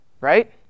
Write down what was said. right